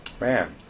Man